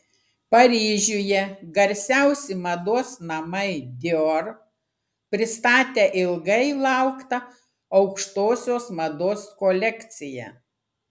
paryžiuje garsiausi mados namai dior pristatė ilgai lauktą aukštosios mados kolekciją